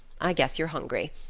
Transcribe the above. i guess you're hungry.